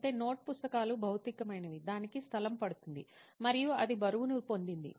అయితే నోట్ పుస్తకాలు భౌతికమైనవి దానికి స్థలం పడుతుంది మరియు అది బరువును పొందింది